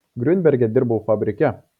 griunberge dirbau fabrike